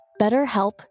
BetterHelp